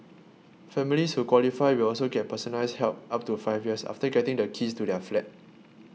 families who qualify will also get personalised help up to five years after getting the keys to their flat